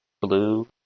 blue